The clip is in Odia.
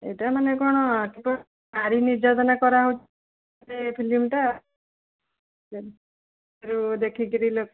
ଏଇଟା ମାନେ କ'ଣ ନାରୀ ନିର୍ଯାତନା କରାହେଉଛି ଫିଲ୍ମ'ଟା ଦେଖିକିରି